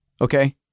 Okay